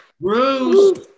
Bruce